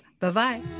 Bye-bye